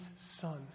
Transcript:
son